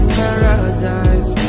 paradise